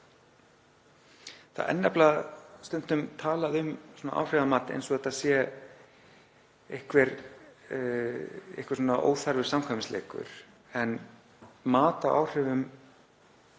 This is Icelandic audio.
Það er nefnilega stundum talað um áhrifamat eins og það sé einhver óþarfur samkvæmisleikur en mat á áhrifum